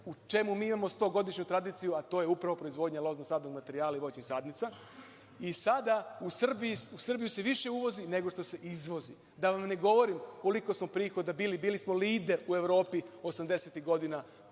u čemu mi imamo stogodišnju tradiciju, a to je upravo proizvodnja loznog sadnog materijala i voćnih sadnica. Sada se u Srbiji više uvozi nego što se izvozi, a da vam ne govorim koliko smo prihoda bili, bili smo lider u Evropi osamdesetih godina